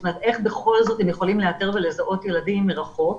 איך בכל זאת הם יכולים לאתר ולזהות ילדים מרחוק.